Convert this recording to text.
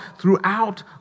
throughout